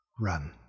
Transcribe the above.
Run